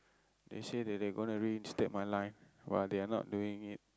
they say that they gonna reinstate my line but they are not doing it